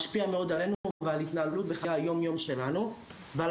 משפיע מאוד עלינו ועל התנהלות בחיי היומיום שלנו ועל